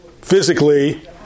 physically